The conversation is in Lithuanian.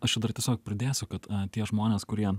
aš čia dar tiesiog pridėsiu kad tie žmonės kurie